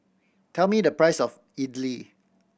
tell me the price of idly